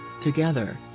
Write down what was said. Together